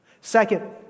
Second